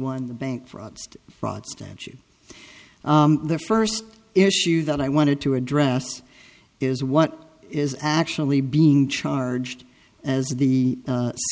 one the bank frauds fraud statute the first issue that i wanted to address is what is actually being charged as the